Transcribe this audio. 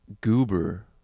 goober